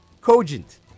cogent